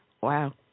Wow